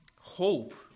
hope